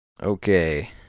Okay